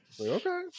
Okay